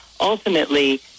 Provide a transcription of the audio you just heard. ultimately